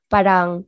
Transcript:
Parang